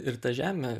ir ta žemė